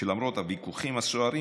שלמרות הוויכוחים הסוערים,